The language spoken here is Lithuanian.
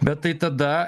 bet tai tada